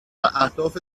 اهداف